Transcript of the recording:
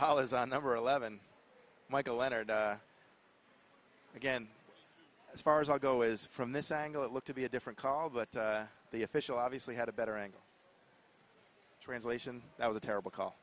fall is on number eleven michael leonard again as far as i go is from this angle it looked to be a different call but the official obviously had a better angle translation that was a terrible call